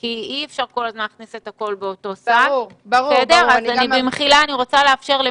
גם אם יכולתי להגיד כרגע שאני מוסיפה את